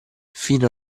fino